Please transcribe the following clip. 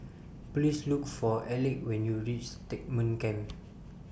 Please Look For Alec when YOU REACH Stagmont Camp